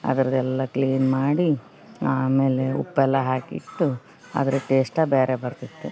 ಅದ್ರದ್ದು ಎಲ್ಲ ಕ್ಲೀನ್ ಮಾಡಿ ಆಮೇಲೆ ಉಪ್ಪೆಲ್ಲ ಹಾಕಿಟ್ಟು ಅದ್ರ ಟೇಸ್ಟ ಬ್ಯಾರೆ ಬರ್ತಿತ್ತು